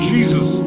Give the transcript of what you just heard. Jesus